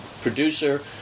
producer